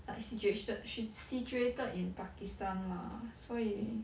like situat~ situated in pakistan lah 所以